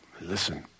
Listen